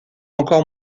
encore